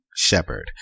Shepherd